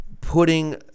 putting